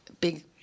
big